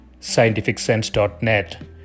scientificsense.net